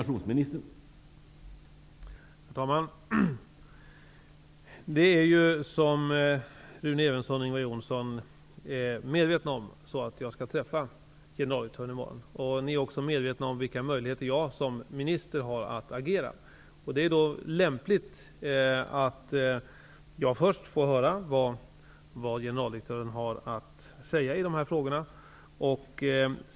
Herr talman! Som Rune Evensson och Ingvar Johnsson är medvetna om skall jag i morgon träffa Televerkets generaldirektör. Ni är också medvetna om vilka möjligheter att agera som jag som minister har. Det är lämpligt att jag först får höra vad generaldirektören har att säga i de här frågorna.